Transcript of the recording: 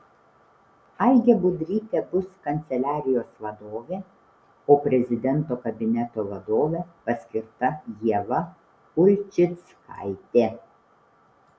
algė budrytė bus kanceliarijos vadovė o prezidento kabineto vadove paskirta ieva ulčickaitė